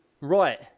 Right